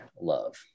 love